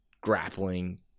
grappling